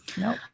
Nope